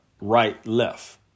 right-left